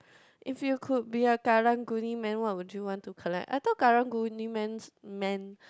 if you could be a karang guni man what would you want to collect I thought karang guni man's man